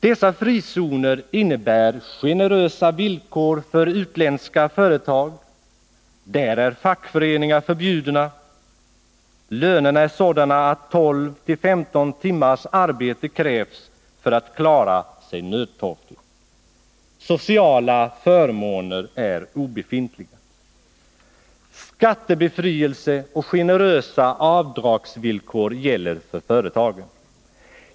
Dessa frizoner innebär generösa villkor för utländska företag: där är fackföreningar förbjudna, lönerna är sådana att 12-15 timmars arbete krävs för att klara sig nödtorftigt, och sociala förmåner är obefintliga. Skattebefrielse och generösa avdragsvillkor gäller för företagen.